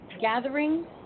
gatherings